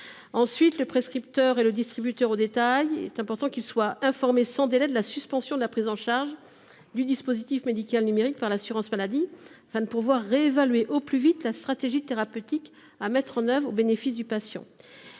que le prescripteur et le distributeur au détail soient informés sans délai de la suspension de la prise en charge du dispositif médical numérique par l’assurance maladie, afin de pouvoir réévaluer au plus vite la stratégie thérapeutique à mettre en œuvre au bénéfice du patient.